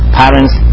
parents